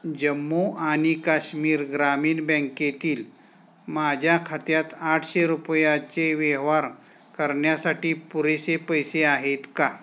जम्मू आणि काश्मीर ग्रामीण बँकेतील माझ्या खात्यात आठशे रुपयाचे व्यवहार करण्यासाठी पुरेसे पैसे आहेत का